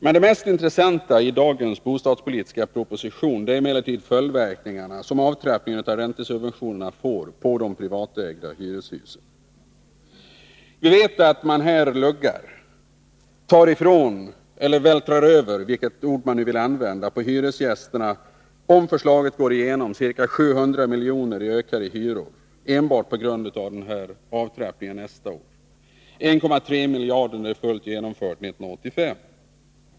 Men det mest intressanta i dagens bostadspolitiska proposition är de följdverkningar som avtrappningen av räntesubventionerna får på de privatägda hyreshusen. Om förslaget går igenom luggar man nästa år hyresgästerna på ca 700 miljoner i ökade hyror, enbart på grund av den ökade avtrappningen, och 1,3 miljarder när förslaget är fullt genomfört 1985.